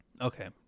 Okay